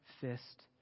fist